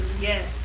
yes